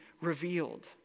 revealed